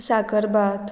साकरभात